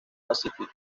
pacific